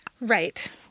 Right